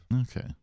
Okay